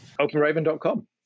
OpenRaven.com